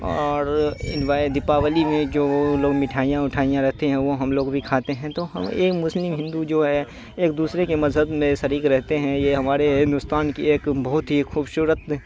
اور انوائے دیپاولی میں جو لوگ مٹھائیاں وٹھائیاں رکھتے ہیں وہ ہم لوگ بھی کھاتے ہیں تو ہم ایک مسلم ہندو جو ہے ایک دوسرے کے مذہب میں شریک رہتے ہیں یہ ہمارے ہندوستان کی ایک بہت ہی خوبصورت